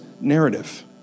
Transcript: narrative